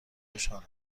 خوشحالم